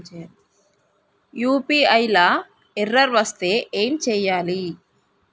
UPI లా error వస్తే ఏం చేయాలి?